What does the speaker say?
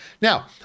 Now